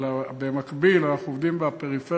אלא במקביל אנחנו עובדים בפריפריה